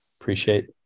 Appreciate